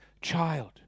child